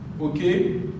Okay